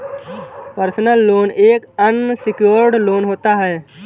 personal loan एक unsecured loan होता है